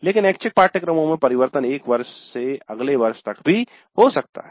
लेकिन ऐच्छिक पाठ्यक्रमों में परिवर्तन एक वर्ष से अगले वर्ष तक भी हो सकता है